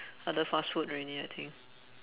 other fast food already I think